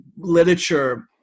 literature